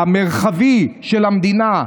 המרחבי של המדינה,